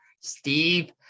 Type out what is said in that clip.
Steve